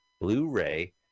Blu-ray